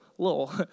Little